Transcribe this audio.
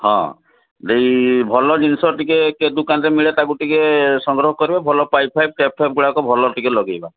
ହଁ ଦେଇ ଭଲ ଜିନିଷ ଟିକିଏ କେ ଦୁକାନରେ ମିଳେ ତାକୁ ଟିକିଏ ସଂଗ୍ରହ କରିବେ ଭଲ ପାଇପ ଫାଇପ ଟେପ୍ ଫେପ୍ ଗୁଡ଼ାକ ଭଲ ଟିକିଏ ଲଗେଇବା